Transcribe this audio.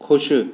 खु़शि